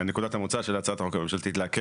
נקודת המוצא של הצעת החוק הממשלתית להקל